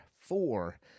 Four